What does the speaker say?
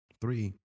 Three